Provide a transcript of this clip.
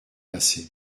passé